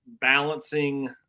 balancing